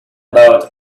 about